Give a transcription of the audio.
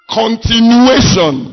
continuation